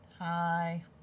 Hi